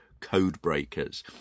codebreakers